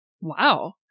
Wow